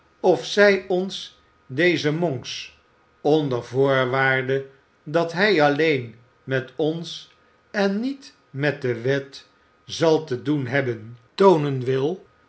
of zij ons dezen monks onder voorwaarde dat hij alleen met ons en niet met de wet zal te doen hebben toonen wi